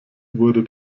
wurde